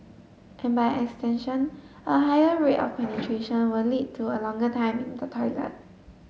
and by extension a higher rate of penetration will lead to a longer time in the toilet